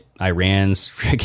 Iran's